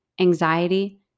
anxiety